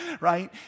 Right